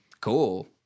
cool